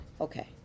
Okay